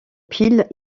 pile